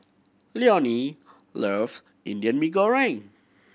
Leonie love Indian Mee Goreng